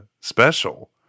special